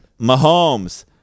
Mahomes